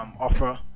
offer